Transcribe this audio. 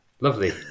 lovely